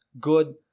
good